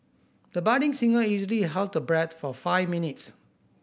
the budding singer easily held her breath for five minutes